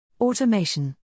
Automation